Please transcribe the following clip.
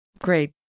Great